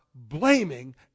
blaming